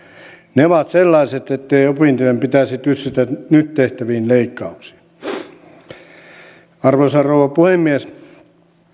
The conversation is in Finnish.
ne ovat sellaiset ettei opintojen pitäisi tyssätä nyt tehtäviin leikkauksiin arvoisa rouva puhemies